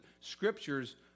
scriptures